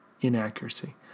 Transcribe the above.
inaccuracy